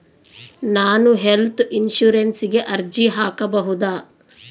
ನಾನು ಹೆಲ್ತ್ ಇನ್ಶೂರೆನ್ಸಿಗೆ ಅರ್ಜಿ ಹಾಕಬಹುದಾ?